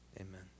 Amen